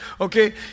okay